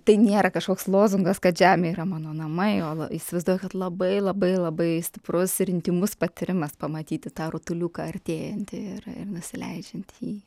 tai nėra kažkoks lozungas kad žemė yra mano namai o įsivaizduoju kad labai labai labai stiprus ir intymus patyrimas pamatyti tą rutuliuką artėjantį ir ir nusileidžiant į jį